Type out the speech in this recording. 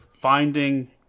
finding